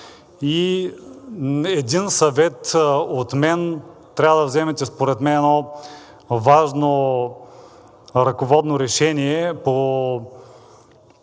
И един съвет от мен. Трябва да вземете според мен едно важно ръководно решение по